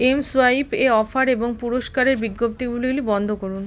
mSwipe এ offer এবং পুরস্কারের বিজ্ঞপ্তিগুলি বন্ধ করুন